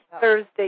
Thursday